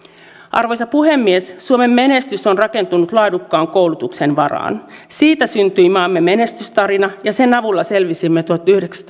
arvoisa puhemies suomen menestys on rakentunut laadukkaan koulutuksen varaan siitä syntyi maamme menestystarina ja sen avulla selvisimme tuhatyhdeksänsataayhdeksänkymmentä